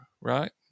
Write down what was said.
right